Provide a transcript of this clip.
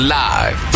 live